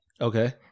Okay